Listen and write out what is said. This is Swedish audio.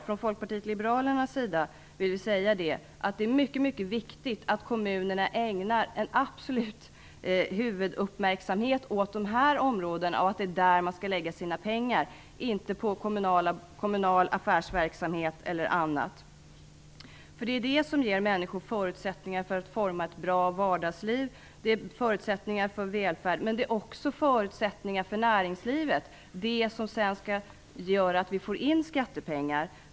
Från Folkpartiet liberalernas sida vill vi säga att det är mycket viktigt att kommunerna ägnar en absolut huvuduppmärksamhet åt dessa områden och att det är där de skall lägga sina pengar, inte på kommunal affärsverksamhet eller annat. Det är nämligen det som ger människor förutsättningar för att forma ett bra vardagsliv och förutsättningar för välfärd, men det ger också förutsättningar för näringslivet, för det som sedan gör att vi får in skattepengar.